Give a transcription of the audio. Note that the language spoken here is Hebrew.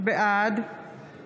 בעד